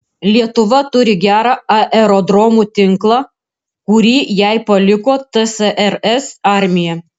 lietuva turi gerą aerodromų tinklą kurį jai paliko tsrs armija